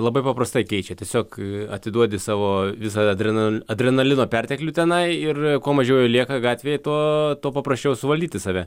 labai paprastai keičia tiesiog atiduodi savo visą adrena adrenalino perteklių tenai ir kuo mažiau lieka gatvėj tuo tuo paprasčiau suvaldyti save